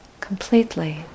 completely